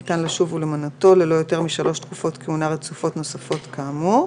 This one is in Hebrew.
ניתן לשוב ולמנותו ללא יותר משלוש תקופות כהונה רצופות נוספות כאמור."